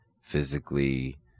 physically